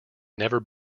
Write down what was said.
never